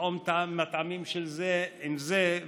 לטעום זה מטעמים של זה ולעשות